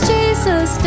Jesus